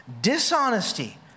dishonesty